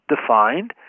defined